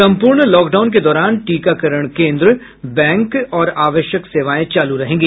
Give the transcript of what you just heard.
सम्पूर्ण लॉकडाउन के दौरान टीकाकरण केंद्र बैंक और आवश्यक सेवाएं चालू रहेंगी